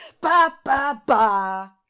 Ba-ba-ba